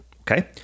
Okay